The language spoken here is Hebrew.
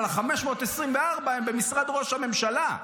אבל ה-524 הם במשרד ראש הממשלה,